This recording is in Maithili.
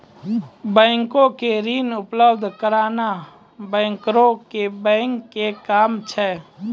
बैंको के ऋण उपलब्ध कराना बैंकरो के बैंक के काम छै